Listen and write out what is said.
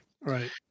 Right